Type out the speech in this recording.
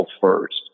first